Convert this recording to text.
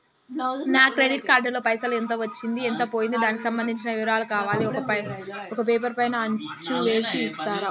నా credit card లో పైసలు ఎంత వచ్చింది ఎంత పోయింది దానికి సంబంధించిన వివరాలు కావాలి ఒక పేపర్ పైన అచ్చు చేసి ఇస్తరా?